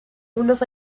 unos